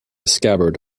scabbard